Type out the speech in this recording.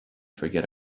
forget